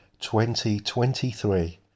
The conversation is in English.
2023